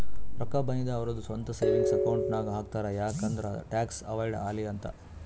ರೊಕ್ಕಾ ಬಂದಿವ್ ಅವ್ರದು ಸ್ವಂತ ಸೇವಿಂಗ್ಸ್ ಅಕೌಂಟ್ ನಾಗ್ ಹಾಕ್ತಾರ್ ಯಾಕ್ ಅಂದುರ್ ಟ್ಯಾಕ್ಸ್ ಅವೈಡ್ ಆಲಿ ಅಂತ್